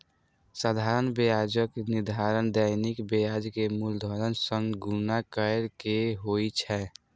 साधारण ब्याजक निर्धारण दैनिक ब्याज कें मूलधन सं गुणा कैर के होइ छै